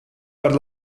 per